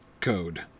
code